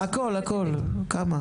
הכל, הכל, כמה?